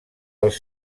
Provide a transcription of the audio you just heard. els